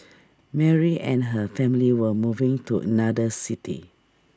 Mary and her family were moving to another city